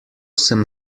sem